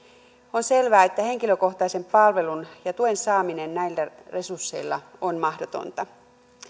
on selvää että henkilökohtaisen palvelun ja tuen saaminen näillä resursseilla on mahdotonta